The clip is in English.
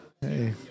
Hey